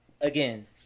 again